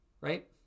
right